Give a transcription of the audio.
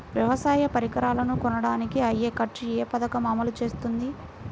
వ్యవసాయ పరికరాలను కొనడానికి అయ్యే ఖర్చు ఏ పదకము అమలు చేస్తుంది?